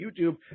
YouTube